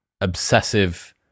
obsessive